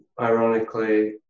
ironically